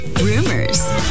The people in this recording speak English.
Rumors